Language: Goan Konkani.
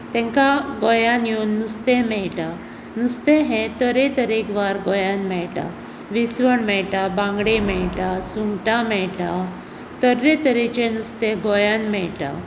तेंका गोंयांत येवन नुस्तें मेळटा नुस्तें हें तरेक तरेकवार गोंयांत मेळटा विसवण मेळटा बांगडे मेळटा सुंगटा मेळटा तरेतरेचें नुस्तें गोंयांत मेळटा